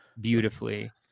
beautifully